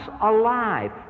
alive